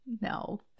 No